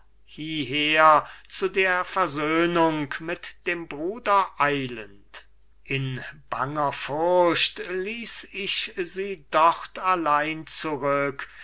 hieher zu der versöhnung mit dem bruder eilend in banger furcht ließ ich sie dort allein zurück